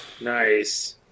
Nice